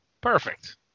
Perfect